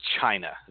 China